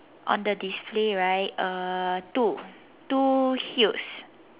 on the display right uh two two huge